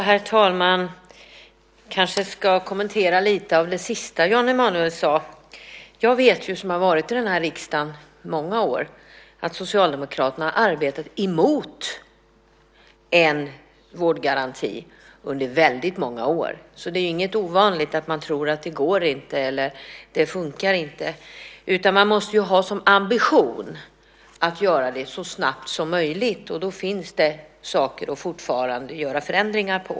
Herr talman! Jag kanske ska kommentera lite av det sista Jan Emanuel sade. Jag som har varit i den här riksdagen i många år vet att Socialdemokraterna har arbetat emot en vårdgaranti under väldigt många år. Så det är inget ovanligt att man inte tror att det går. Man måste ju ha som ambition att göra det så snabbt som möjligt. Då finns det fortfarande saker att förändra.